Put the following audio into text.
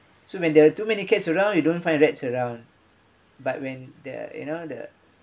so when there're too many cats around you don't find rats around but when they you know the